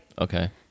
Okay